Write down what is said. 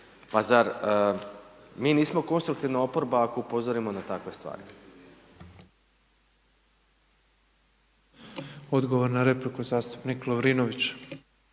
Pa zar mi nismo konstruktivna oporba ako upozorimo na takve stvari? **Petrov, Božo (MOST)** Odgovor na repliku zastupnik Lovrinović.